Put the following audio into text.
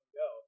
go